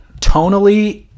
tonally